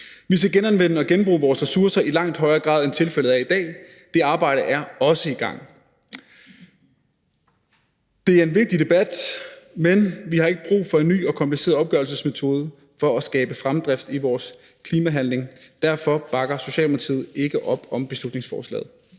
Vi skal genanvende og genbruge vores ressourcer i langt højere grad, end tilfældet er i dag. Det arbejde er også i gang. Det er en vigtig debat, men vi har ikke brug for en ny og kompliceret opgørelsesmetode for at skabe fremdrift i vores klimahandling. Derfor bakker Socialdemokratiet ikke op om beslutningsforslaget.